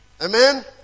Amen